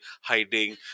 hiding